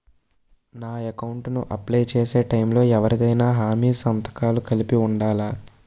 నా అకౌంట్ ను అప్లై చేసి టైం లో ఎవరిదైనా హామీ సంతకాలు కలిపి ఉండలా?